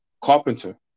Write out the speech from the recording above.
carpenter